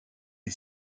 est